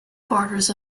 fortress